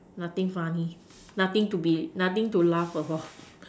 nothing funny nothing to be nothing to laugh about